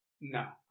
No